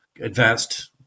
advanced